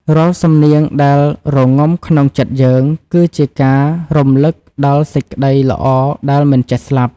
រាល់សំនៀងដែលរងំក្នុងចិត្តយើង គឺជាការរំលឹកដល់សេចក្ដីល្អដែលមិនចេះស្លាប់។